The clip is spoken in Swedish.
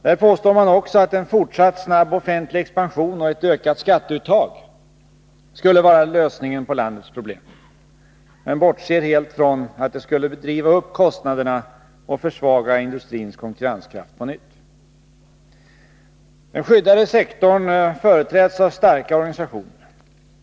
Där påstår man också att en fortsatt snabb offentlig expansion och ett ökat skatteuttag skulle vara lösningen på landets problem — men bortser helt från att det skulle driva upp kostnaderna och försvaga industrins konkurrenskraft på nytt. Den skyddade sektorn företräds av starka organisationer.